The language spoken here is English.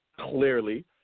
clearly